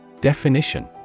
Definition